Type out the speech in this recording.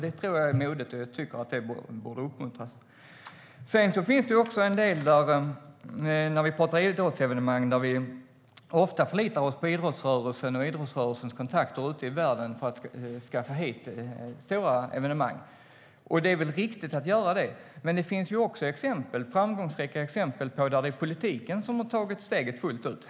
Det är modigt, och det borde uppmuntras. När vi talar om idrottsevenemang förlitar vi ofta oss på idrottsrörelsen och idrottsrörelsens kontakter ute i världen för att skaffa hit stora evenemang. Det är väl riktigt att göra det. Men det finns också framgångsrika exempel där det är politiken som har tagit steget fullt ut.